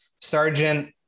Sergeant